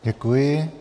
Děkuji.